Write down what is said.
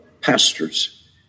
pastors